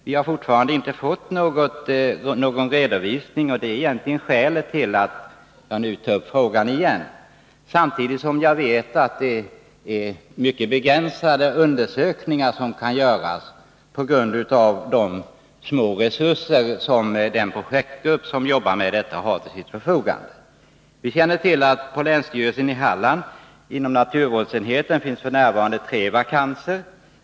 Vi har fortfarande inte fått någon redovisning. Det är egentligen skälet till Natt jag tar upp frågan igen. Samtidigt vet jag att det är mycket begränsade undersökningar som kan göras, på grund av de små resurser som den projektgrupp som jobbar med detta har till sitt förfogande. Vi känner till att det på länsstyrelsen i Halland inom naturvårdsenheten f.n. finns tre vakanser.